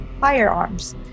firearms